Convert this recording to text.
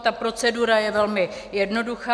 Ta procedura je velmi jednoduchá.